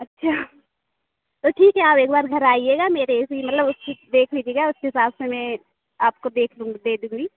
अच्छा तो ठीक है आप एक बार घर आइएगा मेरे इसी मतलब फिज देख लीजिएगा उस हिसाब से मैं आपको देख लुँगी दे दूँगी